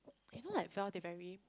you know like Val they very